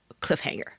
cliffhanger